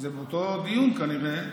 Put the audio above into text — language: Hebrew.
זה מאותו דיון, כנראה.